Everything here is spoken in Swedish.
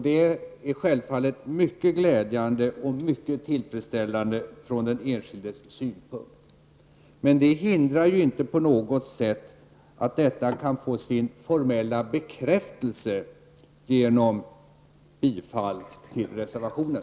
Detta är självfallet mycket glädjande och mycket tillfredsställande från den enskildes synpunkt, men det hindrar ju inte på något sätt att detta kan få sin formella bekräftelse genom bifall till reservationen.